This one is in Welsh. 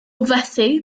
fethu